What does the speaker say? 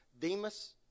Demas